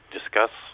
discuss